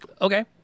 Okay